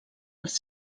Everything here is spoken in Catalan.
els